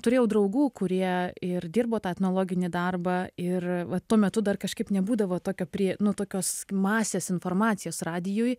turėjau draugų kurie ir dirbo tą etnologinį darbą ir va tuo metu dar kažkaip nebūdavo tokio prie nu tokios masės informacijos radijuj